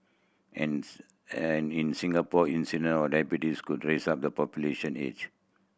as and in Singapore incidence of diabetes could rise up the population age